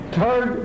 Third